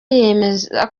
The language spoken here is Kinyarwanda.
yemeza